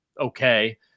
okay